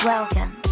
Welcome